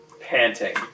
panting